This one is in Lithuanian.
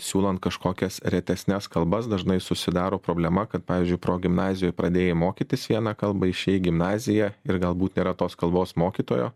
siūlant kažkokias retesnes kalbas dažnai susidaro problema kad pavyzdžiui progimnazijoj pradėjai mokytis vieną kalbą išėjai į gimnaziją ir galbūt nėra tos kalbos mokytojo